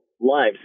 lives